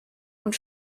und